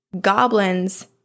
Goblins